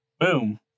boom